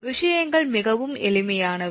விஷயங்கள் மிகவும் எளிமையானவை